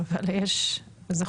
אבל זה חוסך.